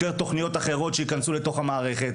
יותר תכניות אחרות שייכנסו לתוך המערכת?